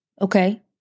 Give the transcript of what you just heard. okay